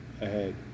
ahead